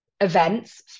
events